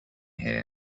here